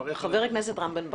חבר הכנסת רם בן ברק.